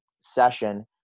session